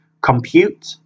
Compute